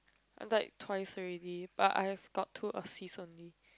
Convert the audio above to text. I died twice already but I have got two assist only